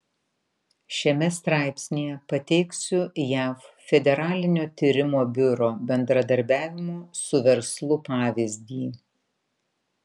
šiame straipsnyje pateiksiu jav federalinio tyrimo biuro bendradarbiavimo su verslu pavyzdį